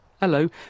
Hello